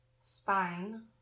spine